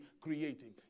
creating